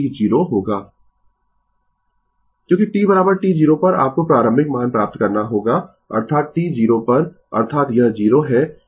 Refer Slide Time 2519 क्योंकि t t 0 पर आपको प्रारंभिक मान प्राप्त करना होगा अर्थात t 0 पर अर्थात यह 0 है